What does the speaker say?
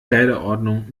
kleiderordnung